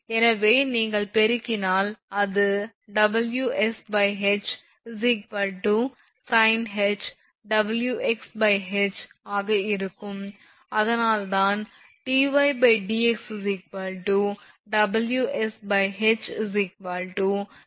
எனவே நீங்கள் பெருக்கினால் அது WsH sinh WxH ஆக இருக்கும் அதனால்தான் dydx WsH sinh WxH என எழுதுகிறோம்